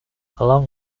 along